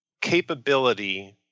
capability